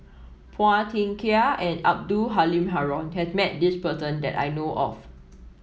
Phua Thin Kiay and Abdul Halim Haron has met this person that I know of